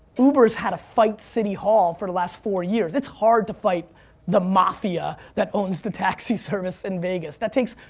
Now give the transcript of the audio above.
uber's had a fight city hall for the last four years. it's hard to fight the mafia that owns the taxi service in vegas. that takes,